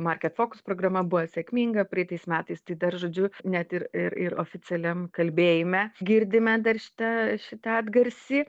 market fox programa buvo sėkminga praeitais metais tai dar žodžiu net ir ir ir oficialiam kalbėjime girdime dar šitą šitą atgarsį